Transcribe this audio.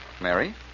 Mary